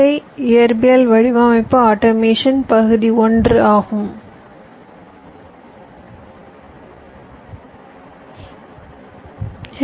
ஐ இயற்பியல் வடிவமைப்பு ஆட்டோமேஷன் பகுதி ஒன்றை பார்ப்போம்